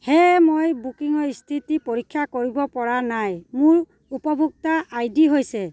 সেয়েহে মই বুকিঙৰ স্থিতি পৰীক্ষা কৰিব পৰা নাই মোৰ উপভোক্তা আই ডি হৈছে